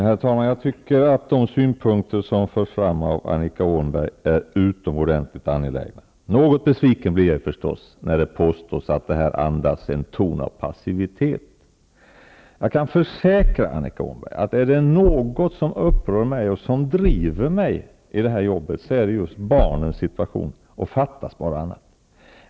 Herr talman! Jag tycker att de synpunkter som förs fram av Annika Åhnberg är utomordentligt angelägna. Något besviken blir jag förstås när det påstås att svaret andas en ton av passivitet. Jag kan försäkra Annika Åhnberg att är det något som upprör mig, och som driver mig, i det här jobbet är det just barnens situation -- fattas bara annat!